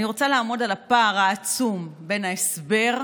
אני רוצה לעמוד על הפער העצום בין ההסבר,